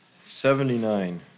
Seventy-nine